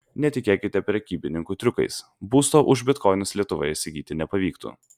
netikėkite prekybininkų triukais būsto už bitkoinus lietuvoje įsigyti nepavyktų